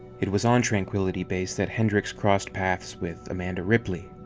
it was on tranquility base that hendricks crossed paths with amanda ripley.